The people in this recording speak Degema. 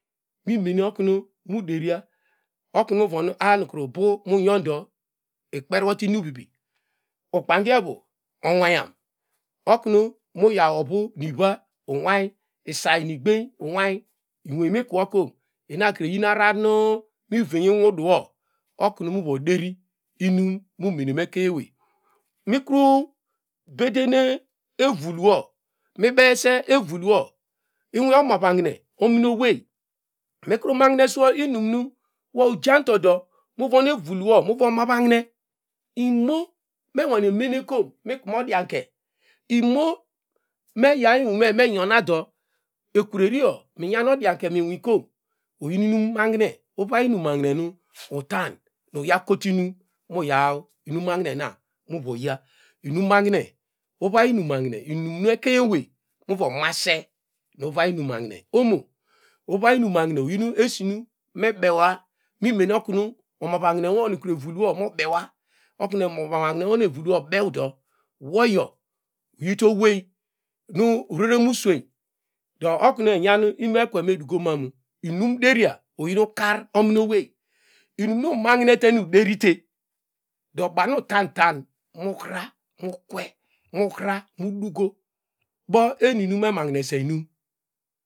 Mimene oknu mu mu deria oknu uvon a nu bu nyondo ikperuwte inumavi ukpangiovi nwayan oknu mu yaw ovu iva unway isai nu igben unway imo kwokom? Inakre iyin ararar nu mi venye unwuduno okunu uvo deri inim mu mene mekeny ewey mikru beden evalwo mibewese evalwo inwi omavakne omino wey mikru mamhine swo inum wo ujantodo muvon erul wo onuvo mahine inim ino nu enwane menekom mikme odianke? Imo me yaw inwine mengonado ekureriyo iyan odianke minwi kom? Oyini inu mahine uvay inimahine nu utan do yakotunu mu yaw nimahine muvo ya inimahine uvay inimahine omo uvay inimahine oyin esinu mobewa mimene oknu omarahnewo nu evulwo mobewa oknu omarahne wo nu evulwo obenodo woyo uyite owey nu ureremu uswein do oknu enyan uneken menu inunderia oyin ukar ominowey inimu imahinte nu uderite do bamu utom utan muhra mukwe mu hra nu duko do enime mahineseinun.